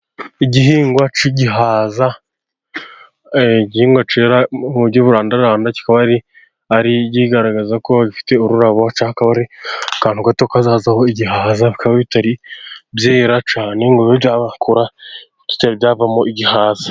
Igihingwa cy'igihaza, igihingwa cyera mu buryo burandaranda kikaba ari kigaragaza ko gifite ururabo cyangwa akaba ari akantu gato kazazaho igihaza. Bikaba bitari byera cyane ngo bibe byakura, bitari byavamo igihaza.